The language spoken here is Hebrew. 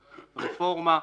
רפורמה.